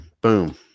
boom